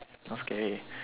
not scary